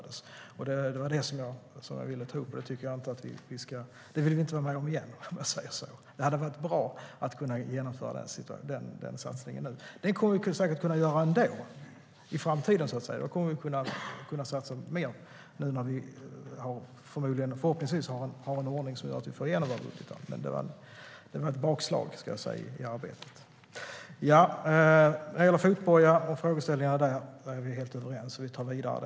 Det var det jag ville ta upp. Det vill vi inte vara med om igen. Det hade varit bra att kunna genomföra den satsningen nu. Vi är helt överens i frågan om fotboja. Regeringen kommer att föra den bollen vidare.